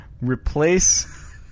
replace